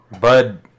Bud